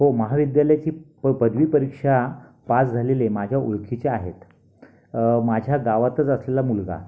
हो महाविद्यालयाची प पदवी परीक्षा पास झालेले माझ्या ओळखीचे आहेत माझ्या गावातच असलेला मुलगा